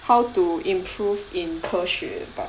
how to improve in 科学吧